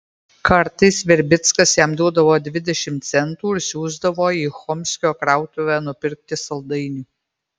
kartais virbickas jam duodavo dvidešimt centų ir siųsdavo į chomskio krautuvę nupirkti saldainių